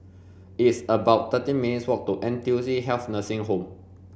it's about thirteen minutes' walk to N T U C Health Nursing Home